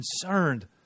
concerned